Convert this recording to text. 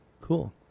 Cool